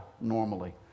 normally